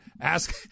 Ask